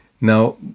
Now